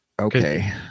Okay